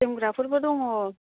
जोमग्राफोरबो दङ